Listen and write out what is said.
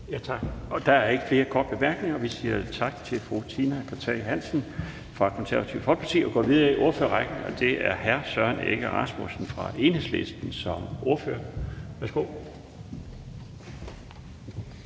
Tak. Der er ikke flere korte bemærkninger. Vi siger tak til fru Tina Cartey Hansen fra Det Konservative Folkeparti, og vi går videre i ordførerrækken til hr. Søren Egge Rasmussen fra Enhedslisten som ordfører. Værsgo.